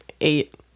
eight